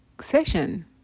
session